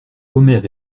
omer